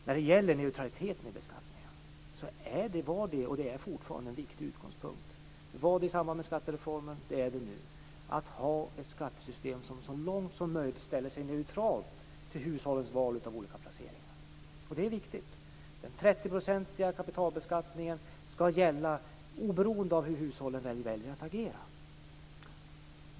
När det gäller neutraliteten i beskattningen var en viktig utgångspunkt i skattereformen, och det är det även nu, att ha ett skattesystem som så långt som möjligt ställer sig neutralt till hushållens val av olika placeringar. Det är viktigt. Den 30-procentiga kapitalbeskattningen skall gälla oberoende av hur hushållen väljer att agera.